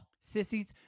Sissies